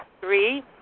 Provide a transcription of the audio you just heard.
three